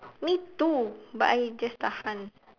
me too but I just tahan